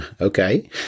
okay